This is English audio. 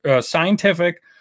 scientific